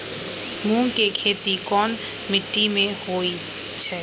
मूँग के खेती कौन मीटी मे होईछ?